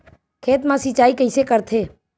खेत मा सिंचाई कइसे करथे?